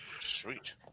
Sweet